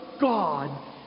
God